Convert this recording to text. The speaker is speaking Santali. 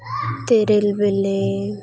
ᱛᱮᱨᱮᱞ ᱵᱤᱞᱤ